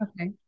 Okay